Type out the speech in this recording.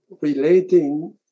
relating